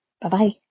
Bye-bye